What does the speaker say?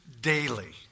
Daily